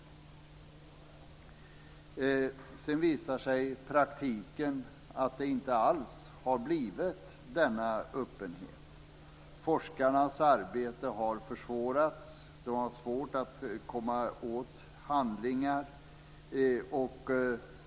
I praktiken visar det sig sedan att det inte alls har blivit så öppet. Forskarnas arbete har försvårats. De har svårt att komma åt handlingar.